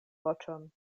voĉon